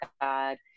God